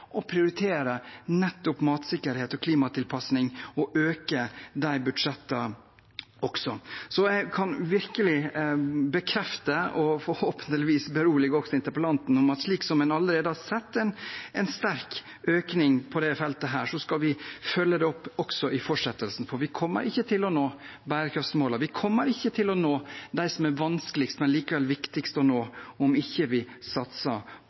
å prioritere nettopp matsikkerhet og klimatilpassing og å øke også de budsjettene. Jeg kan virkelig bekrefte, og forhåpentligvis berolige interpellanten med, at slik en allerede har sett en sterk økning på dette feltet, skal vi følge det opp også i fortsettelsen. For vi kommer ikke til å nå bærekraftsmålene, og vi kommer ikke til å nå dem det er vanskeligst, men likevel viktigst å nå, om vi ikke satser